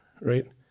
Right